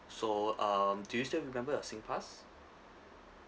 so um do you still remember your SINGPASS